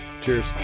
cheers